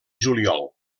juliol